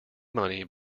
money